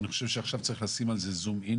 ואני חושב שעכשיו צריך לשים על זה זום-אין,